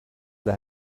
they